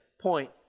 point